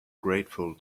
grateful